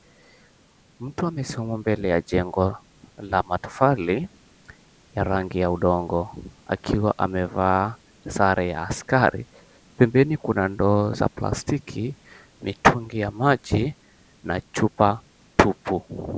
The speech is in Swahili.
Mtu amesimama mbele ya jengo la matofari ya rangi ya udongo akiwa amevaa sare ya askari. Pembeni kuna ndoo za plastiki mitungi ya maji na chupa tupu.